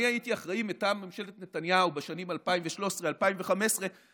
אני הייתי אחראי מטעם ממשלת נתניהו בשנים 2013 2015 על